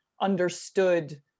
understood